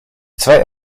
zwei